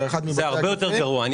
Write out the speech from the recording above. זה הרבה יותר חמור: